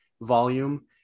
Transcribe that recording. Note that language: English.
volume